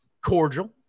cordial